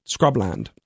scrubland